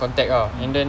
contact ah and then